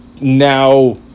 now